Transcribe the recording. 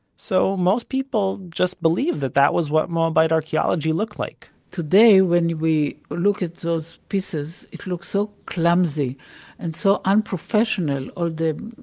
so most people just believed that that was what moabite archeology looked like today, when we look at those pieces, it looks so clumsy and so unprofessional, all the